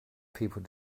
people